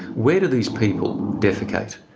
where do these people defecate,